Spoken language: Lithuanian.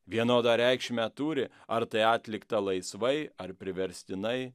vienodą reikšmę turi ar tai atlikta laisvai ar priverstinai